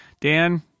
Dan